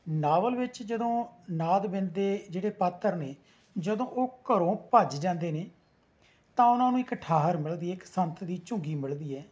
novel ਵਿੱਚ ਜਦੋਂ ਨਾਦ ਬਿੰਦ ਦੇ ਜਿਹੜੇ ਪਾਤਰ ਨੇ ਜਦੋਂ ਉਹ ਘਰੋਂ ਭੱਜ ਜਾਂਦੇ ਨੇ ਤਾਂ ਉਹਨਾਂ ਨੂੰ ਇੱਕ ਠਾਹਰ ਮਿਲਦੀ ਹੈ ਇੱਕ ਸੰਤ ਦੀ ਝੁੱਗੀ ਮਿਲਦੀ ਹੈ